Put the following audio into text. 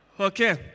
Okay